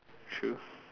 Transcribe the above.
true